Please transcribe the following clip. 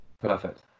Perfect